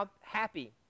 happy